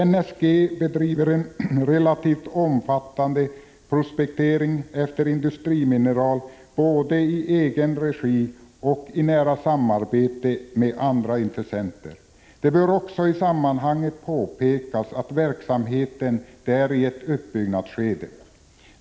NSG bedriver en relativt omfattande prospektering efter industrimineral, både i egen regi och i nära samarbete med andra intressenter. Det bör också i sammanhanget påpekas att verksamheten är i ett uppbyggnadsskede.